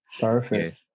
Perfect